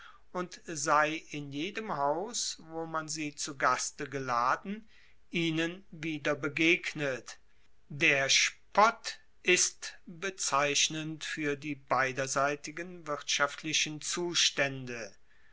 und sei in jedem haus wo man sie zu gaste geladen ihnen wieder begegnet der spott ist bezeichnend fuer die beiderseitigen wirtschaftlichen zustaende